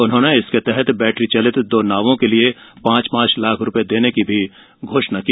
उन्होंने इसके लिये बैटरी चलित दो नावों के लिये पाँच पाँच लाख रूपये देने की घोषणा भी की